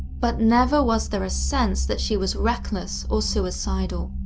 but never was there a sense that she was reckless or suicidal.